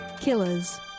killers